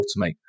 automate